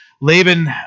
Laban